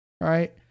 right